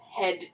head